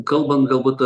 kalbant galbūt